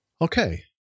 Okay